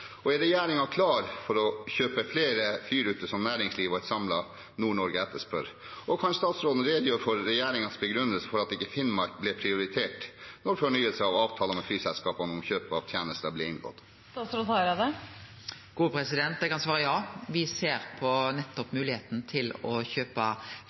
og er regjeringen klar for å kjøpe flere flyruter, som næringslivet og et samlet Nord-Norge etterspør? Kan statsråden redegjøre for regjeringens begrunnelse for at Finnmark ikke ble prioritert da fornyelse av avtalene med flyselskapene om kjøp av tjenester ble inngått? Eg kan svare ja. Me ser på moglegheita for å kjøpe